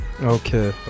Okay